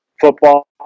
Football